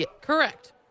correct